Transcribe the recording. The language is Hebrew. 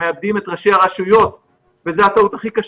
מאבדים את ראשי הרשויות וזו הטעות הכי קשה.